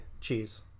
Cheers